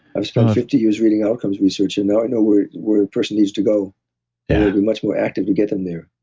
i've spent fifty years reading outcomes research, and now i know where the person needs to go and i'll be much more active to get them there,